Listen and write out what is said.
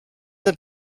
that